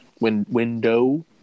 window